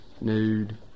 nude